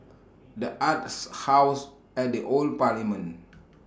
The Arts House At The Old Parliament